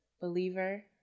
believer